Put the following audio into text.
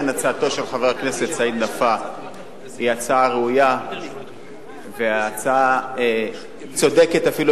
הצעתו של חבר הכנסת סעיד נפאע היא הצעה ראויה והצעה צודקת אפילו,